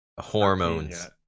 Hormones